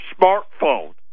smartphone